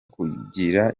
kugira